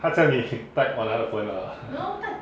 他 send 你 type on another phone ah